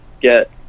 get